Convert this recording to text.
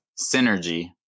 synergy